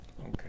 Okay